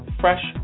fresh